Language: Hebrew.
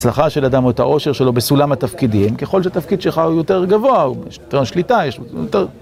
ההצלחה של אדם או את העושר שלו בסולם התפקידים, ככל שתפקיד שלך הוא יותר גבוה, יש יותר שליטה, יש יותר...